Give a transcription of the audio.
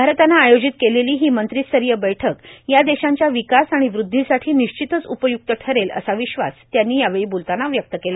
भारतानं आयोजित केलेली ही मंत्रिस्तरीय बैठक या देशांच्या विकास आणि वृद्वीसाठी निश्चितच उपय्क्त ठरेल असा विश्वास त्यांनी यावेळी बोलतांना व्यक्त केला